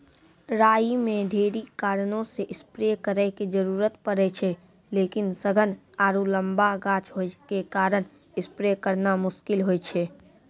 राई मे ढेरी कारणों से स्प्रे करे के जरूरत पड़े छै लेकिन सघन आरु लम्बा गाछ होय के कारण स्प्रे करना मुश्किल होय छै?